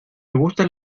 gustan